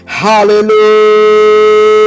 hallelujah